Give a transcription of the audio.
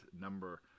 number